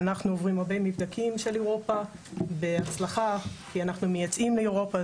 אנחנו עוברים הרבה מבדקים של אירופה בהצלחה כי אנחנו מייצאים לאירופה,